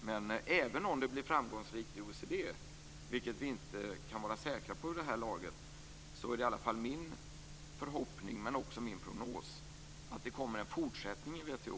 Men även om det blir framgångsrikt i OECD, vilket vi inte kan vara säkra på vid det här laget, är det i alla fall min förhoppning men också min prognos att det kommer en fortsättning i WTO.